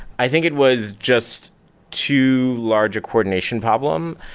i think it was just too large a coordination problem.